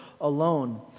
alone